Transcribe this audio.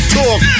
talk